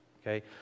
okay